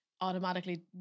automatically